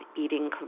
eating